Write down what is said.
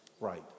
right